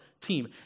team